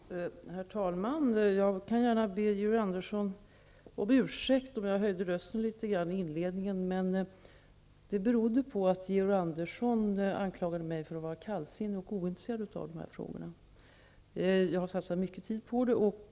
Herr talman! Jag kan gärna be Georg Andersson om ursäkt om jag höjde rösten litet grand i inledningen. Det berodde på att Georg Andersson anklagade mig för att vara kallsinnig och ointresserad av dessa frågor. Jag har satsat mycket tid på dessa frågor.